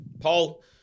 Paul